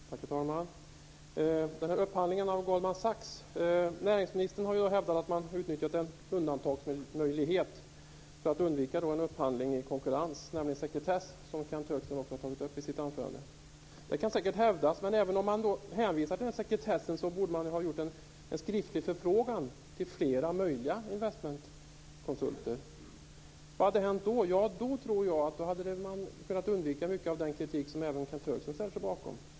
Fru talman! När det gäller upphandlingen av Goldman Sachs har näringsministern hävdat att man utnyttjat en undantagsmöjlighet för att undvika en upphandling i konkurrens, nämligen sekretess, vilket Kenth Högström också tog upp i sitt anförande. Det kan säkert hävdas. Men även om man hänvisar till denna sekretess borde man ha gjort en skriftlig förfrågan till flera möjliga investmentkonsulter. Vad hade hänt då? Jo, då tror jag att man hade kunnat undvika mycket av den kritik som även Kenth Högström ställer sig bakom.